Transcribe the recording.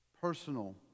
personal